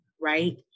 right